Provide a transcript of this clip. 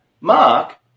Mark